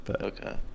Okay